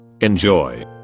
enjoy